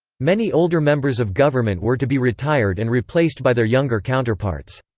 many older members of government were to be retired and replaced by their younger counterparts.